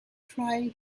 try